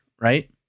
right